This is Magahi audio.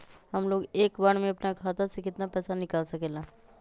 हमलोग एक बार में अपना खाता से केतना पैसा निकाल सकेला?